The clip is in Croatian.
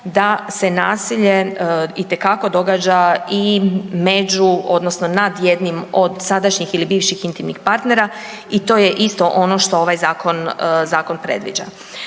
da se nasilje itekako događa i među, odnosno nad jednim od sadašnjih ili bivših intimnih partnera i to je isto ono što ovaj Zakon predviđa.